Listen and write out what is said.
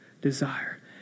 desire